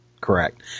Correct